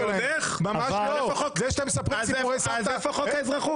------ אז איפה חוק האזרחות?